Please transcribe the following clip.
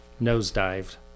nosedived